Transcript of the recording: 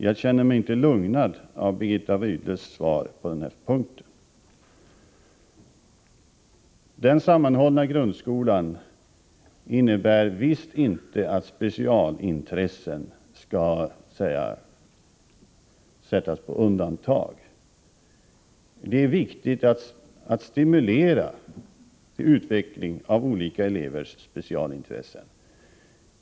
Jag känner mig inte lugnad av Birgitta Rydles svar på den punkten. Den sammanhållna grundskolan innebär visst inte att specialintressen skall sättas på undantag. Det är viktigt att stimulera utvecklingen av olika elevers specialintressen.